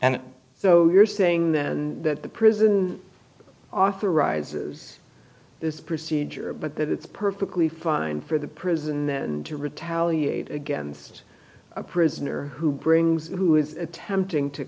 and so you're saying then that the prison authorizes this procedure but that it's perfectly fine for the prison and to retaliate against a prisoner who brings who is attempting to